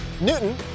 Newton